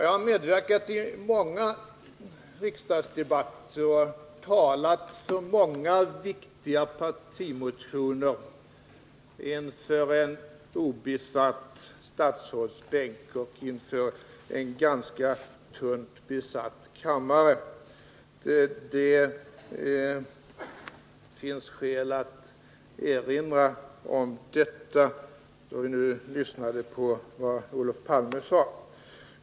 Jag har medverkat i många riksdagsdebatter och talat för många viktiga partimotioner inför en obesatt statsrådsbänk och inför en ganska tunt besatt kammare. Det finns skäl att erinra om detta, då vi nu har lyssnat på Olof Palme.